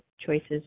Choices